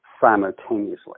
simultaneously